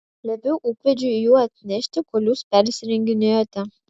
liepiau ūkvedžiui jų atnešti kol jūs persirenginėjote